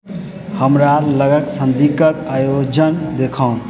हमरा लगक सङ्गीतक आयोजन देखाउ